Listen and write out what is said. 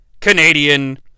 Canadian